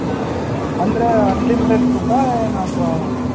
ಹಾಂ ಹಾಂ ಅಂದರೆ ಅನ್ಲಿಮಿಟೆಡ್ ಫುಡ್ಡಾ ಏನು ಅಥವಾ